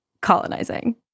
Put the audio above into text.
colonizing